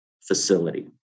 facility